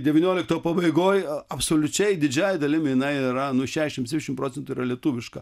devyniolikto pabaigoj absoliučiai didžiąja dalimi jinai yra šešiasdešimt septyniasdešimt procentų yra lietuviška